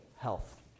health